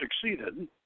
succeeded